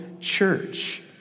church